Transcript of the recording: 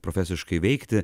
profesiškai veikti